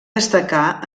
destacà